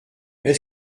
est